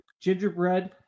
gingerbread